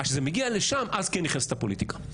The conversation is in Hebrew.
אז כשזה מגיע לשם, אז כן נכנסת הפוליטיקה.